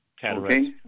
cataracts